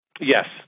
Yes